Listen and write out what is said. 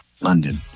London